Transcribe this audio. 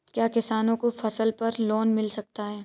क्या किसानों को फसल पर लोन मिल सकता है?